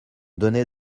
donnait